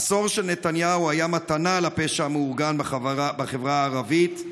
עשור נתניהו היה מתנה לפשע המאורגן בחברה הערבית,